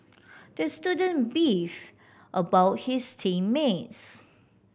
the student beefed about his team mates